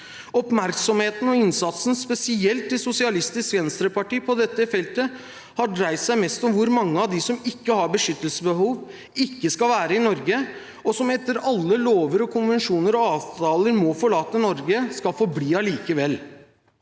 Oppmerksomheten og innsatsen på dette feltet – spesielt til Sosialistisk Venstreparti – har dreid seg mest om hvor mange av de som ikke har beskyttelsesbehov, ikke skal være i Norge og som etter alle lover, konvensjoner og avtaler må forlate Norge, skal få bli allikevel.